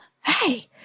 Hey